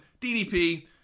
DDP